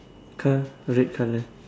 car red colour